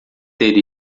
ter